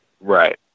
Right